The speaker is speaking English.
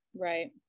right